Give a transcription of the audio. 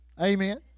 Amen